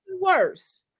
worse